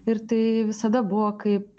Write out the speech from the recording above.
ir tai visada buvo kaip